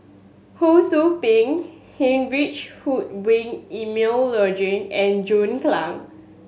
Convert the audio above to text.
Ho Sou Ping Heinrich Ludwig Emil Luering and John Clang